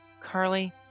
Carly